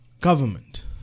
government